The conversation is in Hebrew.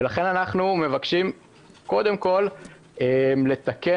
ולכן אנחנו מבקשים קודם כול לתקן.